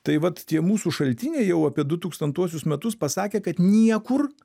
tai vat tie mūsų šaltiniai jau apie du tūkstantuosius metus pasakė kad niekur